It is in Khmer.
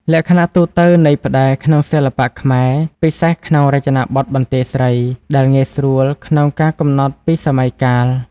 លក្ខណៈទូទៅនៃផ្តែរក្នុងសិល្បៈខ្មែរ (ពិសេសក្នុងរចនាបថបន្ទាយស្រី) ដែលងាយស្រួលក្នុងការកំណត់ពីសម័យកាល។